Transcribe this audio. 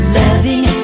loving